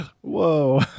Whoa